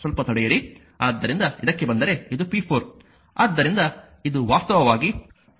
ಆದ್ದರಿಂದ ಇದಕ್ಕೆ ಬಂದರೆ ಇದು p 4